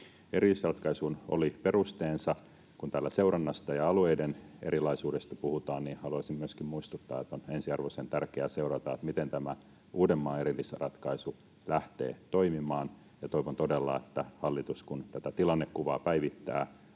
Erillisratkaisulle oli perusteensa. Kun täällä seurannasta ja alueiden erilaisuudesta puhutaan, niin haluaisin myöskin muistuttaa, että on ensiarvoisen tärkeää seurata, miten tämä Uudenmaan erillisratkaisu lähtee toimimaan. Ja toivon todella, että hallitus kun päivittää